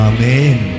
Amen